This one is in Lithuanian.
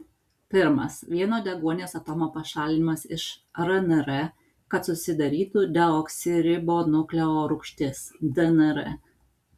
pirmas vieno deguonies atomo pašalinimas iš rnr kad susidarytų deoksiribonukleorūgštis dnr